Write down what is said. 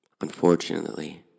Unfortunately